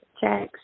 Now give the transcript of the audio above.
checks